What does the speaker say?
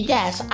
Yes